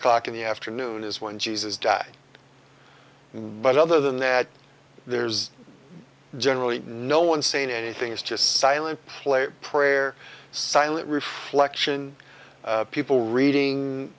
o'clock in the afternoon is when jesus died but other than that there's generally no one saying anything is just silent player prayer silent reflection people reading